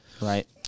right